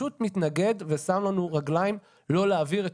פשוט מתנגד ושם לנו רגליים לא להעביר את